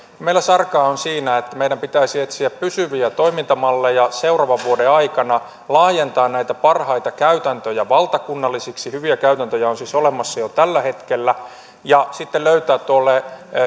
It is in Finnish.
meillä sarkaa on siinä että meidän pitäisi etsiä pysyviä toimintamalleja seuraavan vuoden aikana laajentaa näitä parhaita käytäntöjä valtakunnallisiksi hyviä käytäntöjä on siis olemassa jo tällä hetkellä ja sitten löytää tuolle